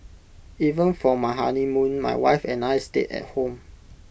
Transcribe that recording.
even for my honeymoon my wife and I stayed at home